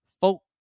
folk